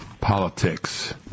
politics